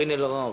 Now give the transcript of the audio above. אלהרר.